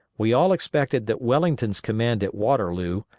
we all expected that wellington's command at waterloo,